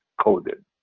coded